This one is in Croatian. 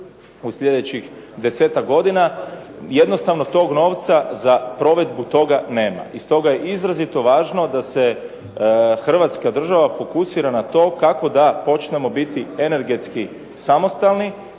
za sljedećih 10-tak godina, jednostavno tog novca za provedbu toga nema. I stoga je izrazito važno da se Hrvatska država fokusira na to kako biti energetski samostalni,